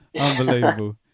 Unbelievable